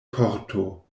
korto